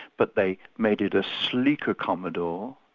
but they made it a sleeker commodore,